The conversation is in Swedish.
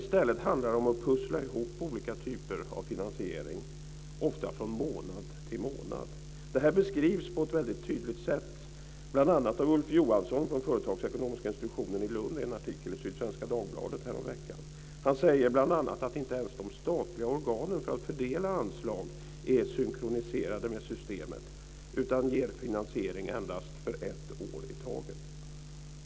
I stället handlar det om att pussla ihop olika typer av finansiering, ofta från månad till månad. Det här beskrivs på ett väldigt tydligt sätt, bl.a. av Ulf Johansson på Företagsekonomiska institutionen i Lund i en artikel i Sydsvenska Dagbladet häromveckan. Han säger bl.a. att inte ens de statliga organen för att fördela anslag är synkroniserade med systemet utan ger finansiering endast för ett år i taget.